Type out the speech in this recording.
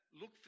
Look